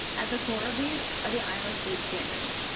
at the core of these are the iowa state standards.